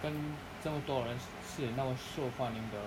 跟这么多人是那么受欢迎的